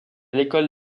l’école